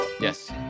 yes